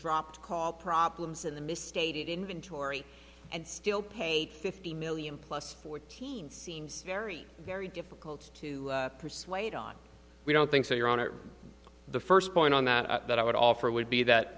dropped call problems in the misstated inventory and still paid fifty million plus fourteen seems very very difficult to persuade on we don't think so your honor the first point on that that i would offer would be that